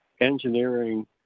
engineering